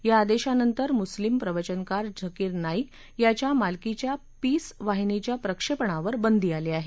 या आदेशानंतर मुस्लीम प्रवचनकार झकीर नाईक याच्या मालकीच्या पीस वाहिनीच्या प्रक्षेपणावर बंदी आली आहे